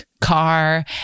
Car